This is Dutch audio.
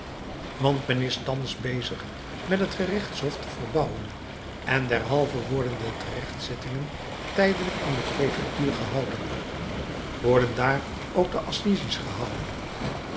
want men is thans bezig met het gerechtshof te verbouwen en derhalve worden de terechtzittingen tijdelijk in de prefectuur gehouden worden daar ook de assises gehouden